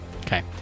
Okay